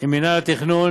עם מינהל התכנון.